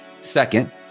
Second